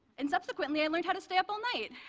and subsequently i learned how to stay up all night